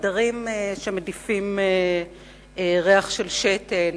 חדרים שמדיפים ריח של שתן,